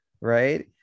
right